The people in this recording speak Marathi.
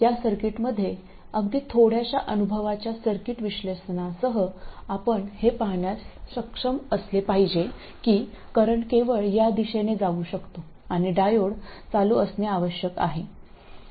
या सर्किटमध्ये अगदी थोड्याशा अनुभवाच्या सर्किट विश्लेषणासह आपण हे पाहण्यास सक्षम असले पाहिजे की करंट केवळ या दिशेने जाऊ शकतो आणि डायोड चालू असणे आवश्यक आहे